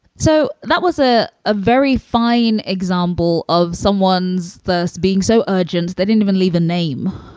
so that was ah a very fine example of someone's thirst being so urgent. they didn't even leave a name